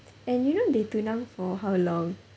and you know they tunang for how long